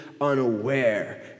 unaware